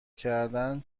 کردن